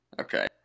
Okay